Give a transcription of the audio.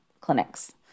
clinics